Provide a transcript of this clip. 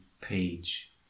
page